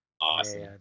Awesome